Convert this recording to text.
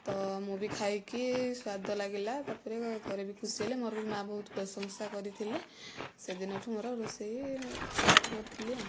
ତ ମୁଁ ବି ଖାଇକି ସ୍ୱାଦ ଲାଗିଲା ତା'ପରେ ଘରେ ବି ଖୁସି ହେଲେ ମୋର ବି ମାଆ ବହୁତ ପ୍ରଶଂସା କରିଥିଲେ ସେଦିନ ଠୁ ମୋର ରୋଷେଇ ଷ୍ଟାର୍ଟ କରିଥିଲି ଆଉ